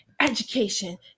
Education